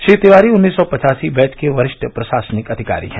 श्री तिवारी उन्नीस सौ पचासी बैच के वरिष्ठ प्रशासनिक अधिकारी हैं